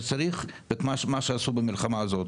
וצריך את מה שעשו במלחמה הזו,